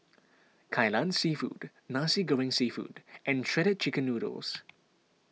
Kai Lan Seafood Nasi Goreng Seafood and Shredded Chicken Noodles